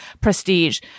prestige